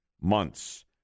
months